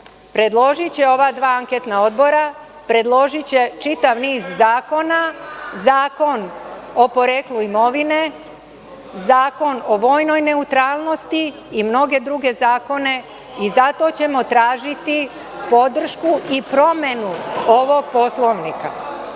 predložiće ova dva anketna odbora, predložiće čitav niz zakona, zakon o poreklu imovine, zakon o vojnoj neutralnosti i mnoge druge zakone i zato ćemo tražiti podršku i promenu ovog Poslovnika.(Vladimir